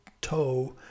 toe